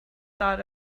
thought